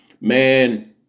Man